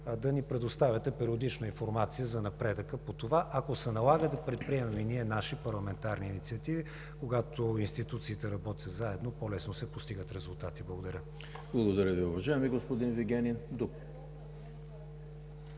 да ни предоставяте периодично информация за напредъка по това, ако се налага и ние да предприемаме наши парламентарни инициативи. Когато институциите работят заедно, по-лесно се постигат резултати. Благодаря. ПРЕДСЕДАТЕЛ ЕМИЛ ХРИСТОВ: Благодаря Ви, уважаеми господин Вигенин.